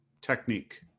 technique